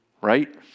right